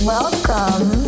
Welcome